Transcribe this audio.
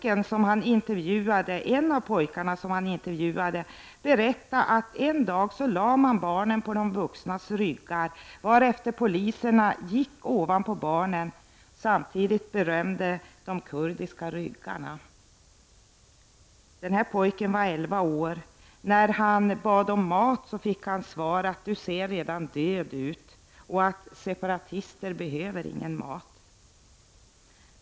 En av pojkarna som journalisten intervjuade berättade att man en dag lade barnen på de vuxnas ryggar, varefter poliserna gick ovanpå barnen och berömde de kurdiska ryggarna. Denna pojke var elva år, och när han bad om mat fick han till svar att han redan såg död ut och att separatister inte behöver någon mat.